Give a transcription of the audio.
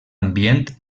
ambient